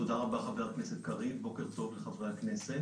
תודה רבה, חבר הכנסת קריב, בוקר טוב לחברי הכנסת.